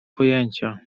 pojęcia